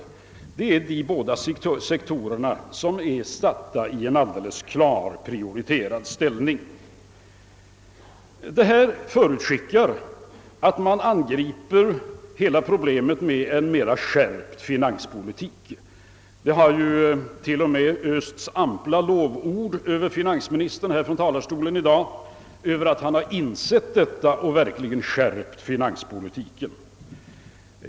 Det är dessa båda sektorer som är satta i en alldeles klart prioriterad ställning. Det här förutskickar att man angriper hela problemet med en mera skärpt finanspolitik. Det har t.o.m. östs ampla lovord över finansministern här från talarstolen i dag för att han insett detta och verkligen skärpt finanspolitiken.